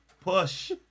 Push